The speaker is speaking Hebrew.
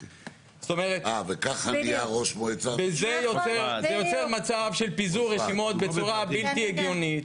זה יוצר מצב של פיזור רשימות בצורה בלתי הגיונית.